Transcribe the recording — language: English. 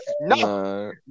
No